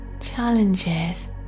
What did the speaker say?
Challenges